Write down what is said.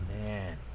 Man